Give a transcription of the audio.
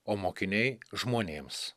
o mokiniai žmonėms